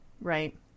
Right